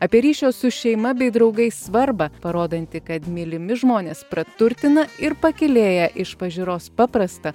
apie ryšio su šeima bei draugais svarbą parodanti kad mylimi žmonės praturtina ir pakylėja iš pažiūros paprastą